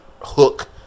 Hook